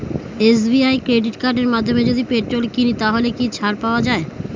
SBI credit কার্ডের মাধ্যমে যদি পেট্রোল কিনি তাহলে কি ছাড় পাওয়া যায়?